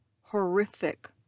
horrific